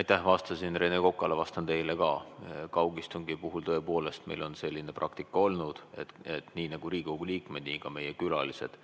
Aitäh! Ma vastasin Rene Kokale ja vastan teile ka, et kaugistungi puhul tõepoolest meil on selline praktika olnud, et nii nagu Riigikogu liikmed, saavad ka meie külalised